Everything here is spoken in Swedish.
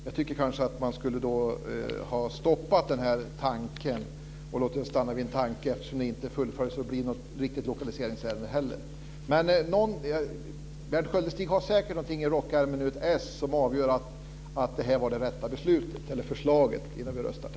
Jag tycker att man kanske skulle ha stoppat det och låtit det stanna vid en tanke, eftersom det inte fullföljts och inte heller blivit något riktigt lokaliseringsärende. Berndt Sköldestig har säkert någonting i rockärmen, något ess, som innan vi röstar visar att detta var det rätta förslaget.